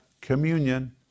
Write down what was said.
communion